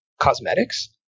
cosmetics